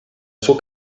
suo